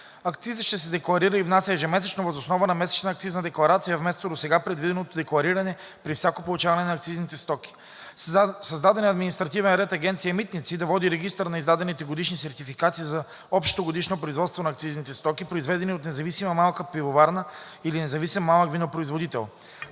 Акцизът ще се декларира и внася ежемесечно въз основа на месечна акцизна декларация вместо досега предвиденото деклариране при всяко получаване на акцизните стоки. Създаден е административен ред Агенция „Митници“ да води регистър на издадените годишни сертификати за общото годишно производство на акцизните стоки, произведени от независима малка пивоварна или независим малък винопроизводител.